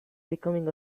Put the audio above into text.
becoming